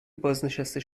بازنشسته